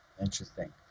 Interesting